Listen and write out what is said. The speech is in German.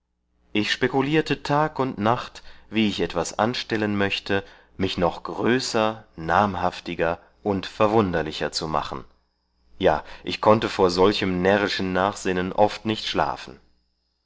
ich spekulierte tag und nacht wie ich etwas anstellen möchte mich noch größer namhaftiger und verwunderlicher zu machen ja ich konnte vor solchem närrischen nachsinnen oft nicht schlafen